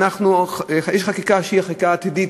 יש חקיקה שהיא חקיקה עתידית,